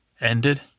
ended